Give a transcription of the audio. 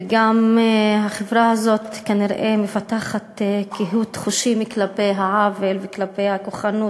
והחברה הזאת כנראה גם מפתחת קהות חושים כלפי העוול וכלפי הכוחנות.